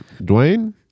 Dwayne